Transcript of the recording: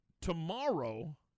tomorrow